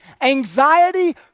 Anxiety